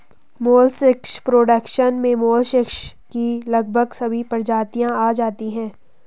molluscs production में molluscs की लगभग सभी प्रजातियां आ जाती हैं